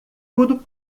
tudo